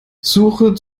suche